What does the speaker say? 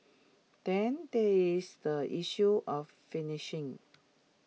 then there is the issue of fishing